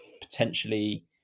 potentially